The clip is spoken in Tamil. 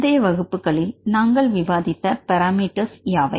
முந்தைய வகுப்புகளில் நாங்கள் விவாதித்த பராமீட்டர் யாவை